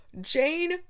Jane